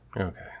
Okay